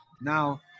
now